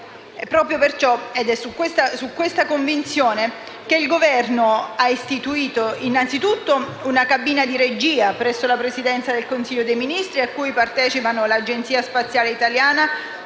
molto di più ed è con questa convinzione che il Governo ha istituito innanzitutto una cabina di regia presso la Presidenza del Consiglio dei ministri, a cui partecipano l'Agenzia spaziale italiana